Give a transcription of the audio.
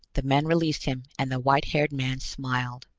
the men released him, and the white-haired man smiled.